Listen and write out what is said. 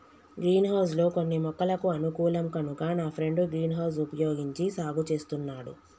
green house లో కొన్ని మొక్కలకు అనుకూలం కనుక నా ఫ్రెండు గ్రీన్ హౌస్ వుపయోగించి సాగు చేస్తున్నాడు